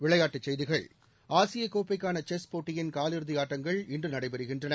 விளையாட்டுச் செய்திகள் ஆசிய கோப்பைக்கான செஸ் போட்டியின் காலிறுதி ஆட்டங்கள் இன்று நடைபெறுகின்றன